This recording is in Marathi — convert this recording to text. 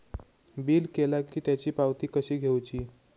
बिल केला की त्याची पावती कशी घेऊची?